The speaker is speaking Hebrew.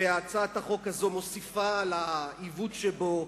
הצעת החוק הזאת מוסיפה לעיוות שבו,